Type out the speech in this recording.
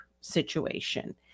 situation